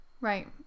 Right